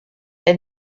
elle